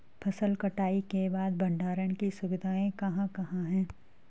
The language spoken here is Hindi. फसल कटाई के बाद भंडारण की सुविधाएं कहाँ कहाँ हैं?